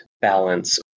balance